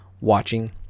watching